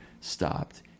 stopped